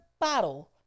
bottle